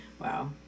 Wow